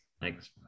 thanks